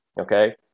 Okay